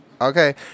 Okay